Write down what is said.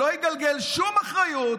שלא יגלגל שום אחריות,